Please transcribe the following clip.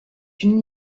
une